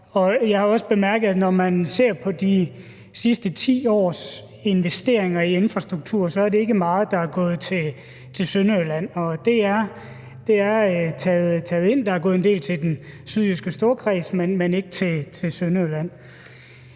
Jeg har også bemærket, når man ser på de sidste 10 års investeringer i infrastruktur, at det ikke er meget, der er gået til Sønderjylland. Det er taget ind. Der er gået en del til den sydjyske storkreds, men ikke til Sønderjylland.